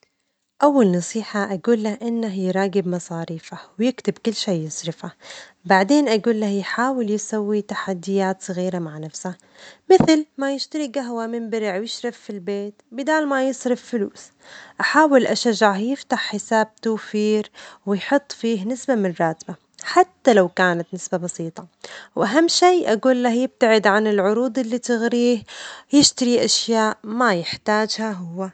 أول نصيحة أجول له إنه يراجب مصاريفه ويكتب كل شيء يصرفه، بعدين أجول له يحاول يسوي تحديات صغيرة مع نفسه، مثل ما يشتري قهوة من بره أويشرب في البيت بدال ما يصرف فلوس، أحاول أشجعه يفتح حساب توفير ويحط فيه نسبة من راتبه حتى لو كانت نسبة بسيطة، وأهم شيء أجول له يبتعد عن العروض اللي تغريه يشتري أشياء ما يحتاجها هو.